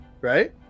right